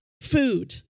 food